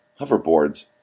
Hoverboards